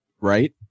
right